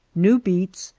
new beets,